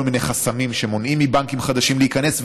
מיני חסמים שמונעים מבנקים חדשים להיכנס.